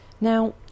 Now